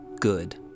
good